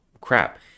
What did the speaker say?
crap